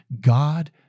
God